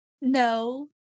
No